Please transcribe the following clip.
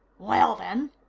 well, then,